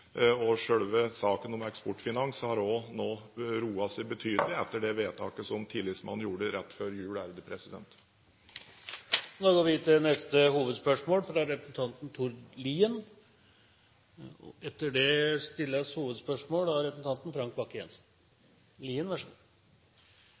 saken om Eksportfinans har nå også roet seg betydelig etter det vedtaket som tillitsmannen gjorde rett før jul. Vi går til neste hovedspørsmål.